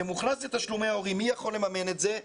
זה מוכנס לתשלומי הורים אבל מי יכול לממן את זה?